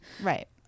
right